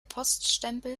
poststempel